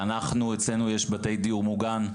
אצלנו יש בתי דיור מוגן,